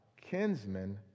kinsmen